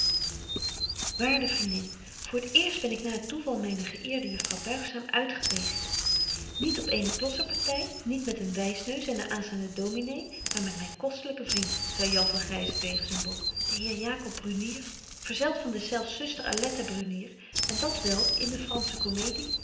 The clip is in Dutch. waarde vriendin voor t eerst ben ik na het toeval myner geeerde juffrouw buigzaam uitgeweest niet op eene klossenparty niet met een wysneus en een aanstaanden dominé maar met myn kostelyken vriend zei jan van gyzen tegen zyn bok den heer jacob brunier verzelt van deszelfs zuster aletta brunier en dat wel in de fransche comedie